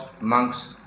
monks